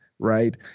right